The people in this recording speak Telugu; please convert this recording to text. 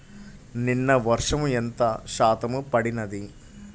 నిన్న వర్షము ఎంత శాతము పడినది?